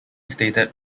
stated